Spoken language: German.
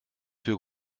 für